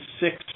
six